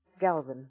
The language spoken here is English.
Galvin